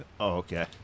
okay